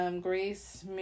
Grace